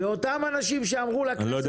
ואותם אנשים שאמרו לכנסת --- אני לא יודע